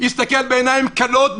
יסתכל בעיניים כלות,